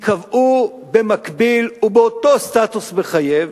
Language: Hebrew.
ייקבעו במקביל ובאותו סטטוס מחייב